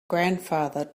grandfather